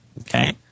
Okay